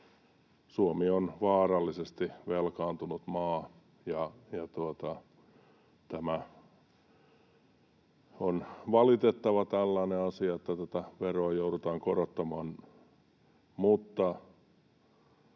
Suomi on vaarallisesti velkaantunut maa, ja tämä on tällainen valitettava asia, että tätä veroa joudutaan korottamaan,